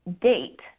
date